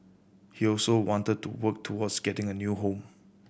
he also wanted to work towards getting a new home